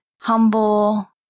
humble